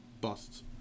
busts